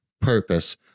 purpose